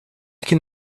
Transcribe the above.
can